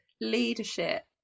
leadership